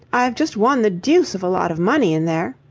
i've just won the deuce of a lot of money in there.